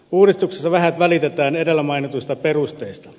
uudistuksessa vähät välitetään edellä mainituista perusteista